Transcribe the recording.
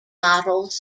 models